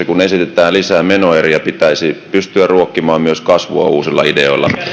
kun esitetään lisää menoeriä samassa yhteydessä pitäisi pystyä ruokkimaan myös kasvua uusilla ideoilla